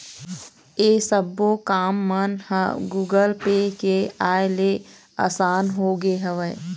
ऐ सब्बो काम मन ह गुगल पे के आय ले असान होगे हवय